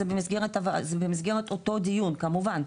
זה במסגרת אותו דיון כמובן,